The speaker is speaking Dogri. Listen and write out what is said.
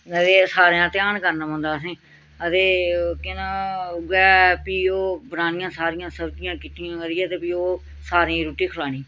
हां ते सारें दा ध्यान करना पौंदा असें ते केह् नांऽ उ'यै फ्ही ओह् बनानियां सारियां सब्ज़ियां किट्ठियां करियै ते फ्ही ओह् सारें गी रुट्टी खलानी